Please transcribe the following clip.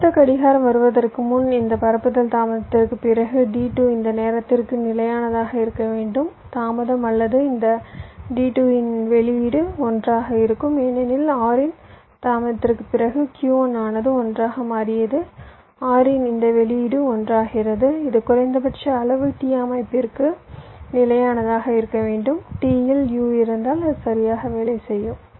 அடுத்த கடிகாரம் வருவதற்கு முன் இந்த பரப்புதல் தாமதத்திற்குப் பிறகு D2 இந்த நேரத்திற்கு நிலையானதாக இருக்க வேண்டும் தாமதம் அல்லது இந்த D2 இன் வெளியீடு 1 ஆக இருக்கும் ஏனெனில் OR இன் தாமதத்திற்கு பிறகு Q1 ஆனது 1 ஆக மாறியது OR இன் இந்த வெளியீடு 1 ஆகிறது இது குறைந்தபட்ச அளவு t அமைப்பிற்கு நிலையானதாக இருக்க வேண்டும் t இல் u இருந்தால் அது சரியாக வேலை செய்யும்